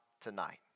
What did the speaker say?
tonight